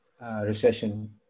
recession